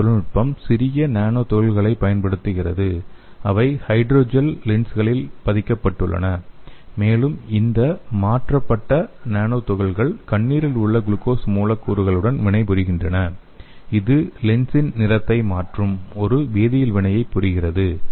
இந்த தொழில்நுட்பம் சிறிய நானோ துகள்களைப் பயன்படுத்துகிறது அவை ஹைட்ரோஜல் லென்ஸ்களில் பதிக்கப்பட்டுள்ளன மேலும் இந்த மாற்றப்பட்ட நானோ துகள்கள் கண்ணீரில் உள்ள குளுக்கோஸ் மூலக்கூறுகளுடன் வினைபுரிகின்றன இது லென்ஸின் நிறத்தை மாற்றும் ஒரு வேதியியல் வினையை புரிகிறது